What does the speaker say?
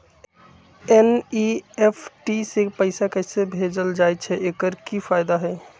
NEFT से पैसा कैसे भेजल जाइछइ? एकर की फायदा हई?